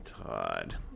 Todd